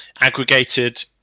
aggregated